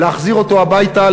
להחזיר אותו הביתה,